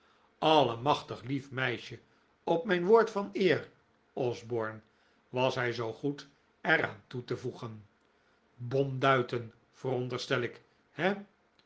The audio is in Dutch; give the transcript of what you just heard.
allemachtig lief meisje op mijn woord van eer osborne was hij zoo goed er aan toe te voegen bom duiten veronderstel ik he